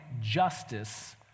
justice